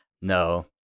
no